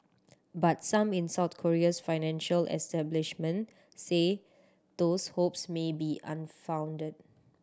but some in South Korea's financial establishment say those hopes may be unfounded